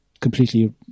completely